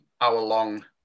hour-long